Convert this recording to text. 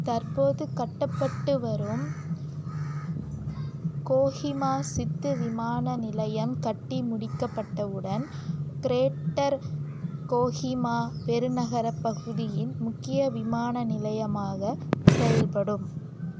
தற்போது கட்டப்பட்டு வரும் கோஹிமா சித்து விமான நிலையம் கட்டி முடிக்கப்பட்டவுடன் கிரேட்டர் கோஹிமா பெருநகரப் பகுதியின் முக்கிய விமான நிலையமாக செயல்படும்